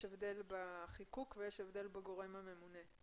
יש הבדל בחיקוק ויש הבדל בגורם הממונה.